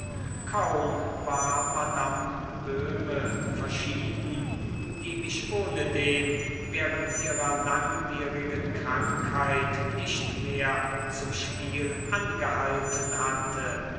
kaum war madame böhme verschieden die mich ohnedem während ihrer langwierigen krankheit nicht mehr zum spiel angehalten hatte